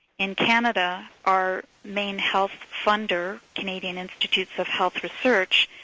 in canada, our main health funder, canadian institutes of health research,